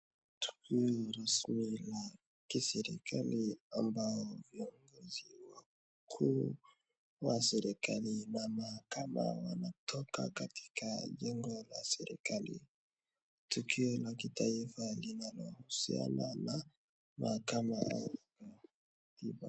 Tukio rasmi la kiserikali ambapo viongozi wakuu wa serikali na mahakama wanatoka katika jengo la serikali. Tukio la kitaifa linalohusiana na mahakama.